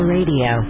Radio